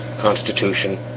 Constitution